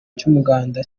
cy’umuganda